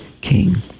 king